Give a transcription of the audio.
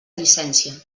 llicència